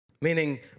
meaning